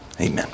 amen